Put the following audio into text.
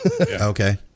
Okay